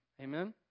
Amen